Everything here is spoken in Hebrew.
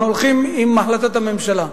אנחנו הולכים עם החלטת הממשלה.